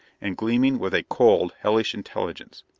and gleaming with a cold, hellish intelligence.